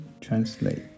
translate